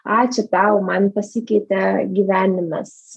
ačiū tau man pasikeitė gyvenimas